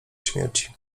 śmierci